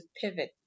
pivot